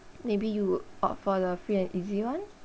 maybe you would opt for the free and easy one